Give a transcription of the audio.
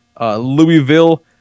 Louisville